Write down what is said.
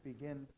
begin